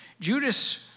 Judas